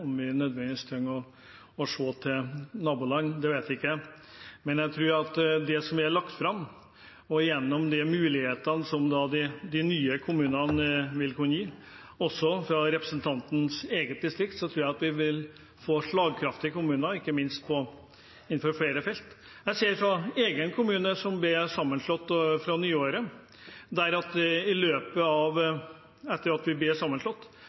Om en nødvendigvis trenger å se til naboland, vet jeg ikke, men på bakgrunn av det som er lagt fram, og gjennom de mulighetene som de nye kommunene vil kunne gi, også fra representantens eget distrikt, tror jeg vi vil få slagkraftige kommuner innenfor flere felt. Når det gjelder min egen kommune, som blir sammenslått på nyåret til å være en del av Steinkjer, er det i løpet av tiden etter at den ble besluttet sammenslått,